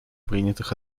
принятых